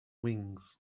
wings